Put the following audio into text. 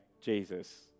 Jesus